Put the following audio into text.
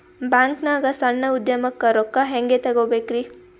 ಬ್ಯಾಂಕ್ನಾಗ ಸಣ್ಣ ಉದ್ಯಮಕ್ಕೆ ರೊಕ್ಕ ಹೆಂಗೆ ತಗೋಬೇಕ್ರಿ?